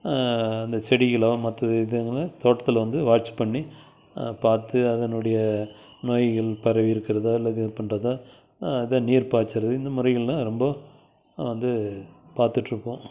அந்த செடிகளோ மற்ற இதுங்களை தோட்டத்தில் வந்து வாட்ச் பண்ணி பார்த்து அதனுடைய நோய்கள் பரவி இருக்குறதாக இல்லை இது பண்றதாக அதை நீர் பாய்ச்சிறது இந்த முறைகள்லாம் ரொம்ப வந்து பார்த்துட்டு இருப்போம்